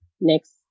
next